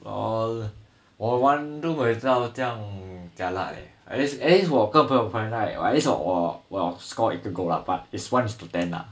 lol 我玩不懂为什么你这样 jialat leh at least at least 我跟朋友玩 right at least 我我 score 一个 goal lah but is one is to ten lah